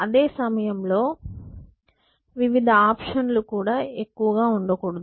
అదే సమయం లో వేర్వేరు ఆప్షన్ లు కూడా ఎక్కువగా ఉండకూడదు